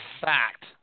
fact